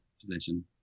position